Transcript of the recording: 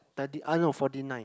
thirty ah no forty nine